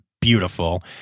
beautiful